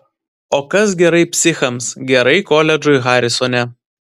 o kas gerai psichams gerai koledžui harisone